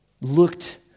looked